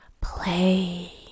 play